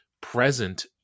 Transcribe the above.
present